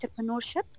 entrepreneurship